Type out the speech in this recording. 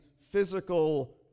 physical